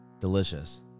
Delicious